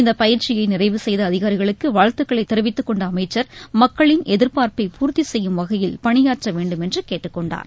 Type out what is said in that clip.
இந்த பயிற்சியை நிறைவு செய்த அதிகாரிகளுக்கு வாழ்த்துக்களை தெரிவித்துக் கொண்னட அம்சா் மக்களின் எதிர்பார்ப்பை பூர்த்தி செய்யும் வகையில் பணியாற்ற வேண்டுமென்று கேட்டுக் கொண்டார்